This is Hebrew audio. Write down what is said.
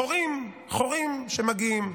חורים-חורים שמגיעים.